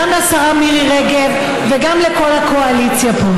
הגיע הזמן שיגידו לך את זה.